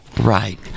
Right